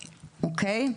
אוקיי?